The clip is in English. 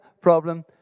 problem